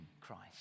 Christ